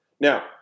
Now